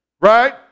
Right